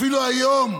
אפילו היום,